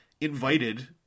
invited